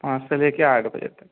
पाँच से लेके के आठ बजे तक